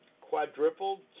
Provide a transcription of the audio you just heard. quadrupled